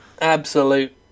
absolute